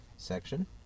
section